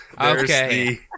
Okay